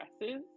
dresses